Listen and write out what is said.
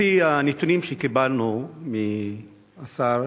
על-פי הנתונים שקיבלנו מהשר,